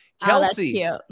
Kelsey